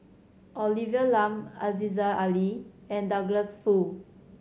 Olivia Lum Aziza Ali and Douglas Foo